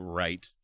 right